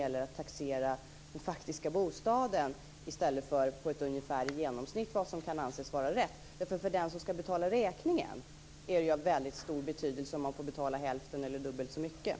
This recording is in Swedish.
Man taxerar den faktiska bostaden i stället för att räkna efter ungefär på ett genomsnitt vad som kan anses vara rätt. För den som ska betala räkningen är det av väldigt stor betydelse om man får betala hälften eller dubbelt så mycket.